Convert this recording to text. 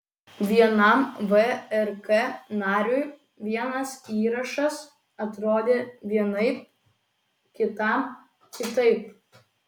vienam vrk nariui vienas įrašas atrodė vienaip kitam kitaip